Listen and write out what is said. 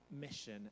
mission